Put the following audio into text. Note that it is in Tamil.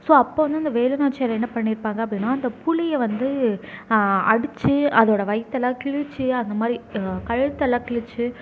ஸோ அப்போது வந்து அந்த வேலுநாச்சியார் என்ன பண்ணிருப்பாங்க அப்படின்னா அந்த புலியை வந்து அடிச்சு அதோடய வயித்தெல்லாம் கிழிச்சு அந்த மாதிரி கழுத்தெல்லாம் கிழிச்சு